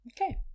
okay